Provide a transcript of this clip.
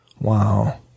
Wow